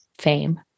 fame